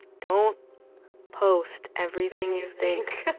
don't post everything you think.